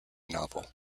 novel